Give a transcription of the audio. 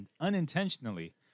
unintentionally